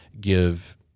give